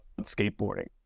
skateboarding